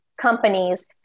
companies